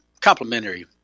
complementary